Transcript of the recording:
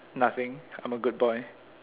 nothing I'm a good boy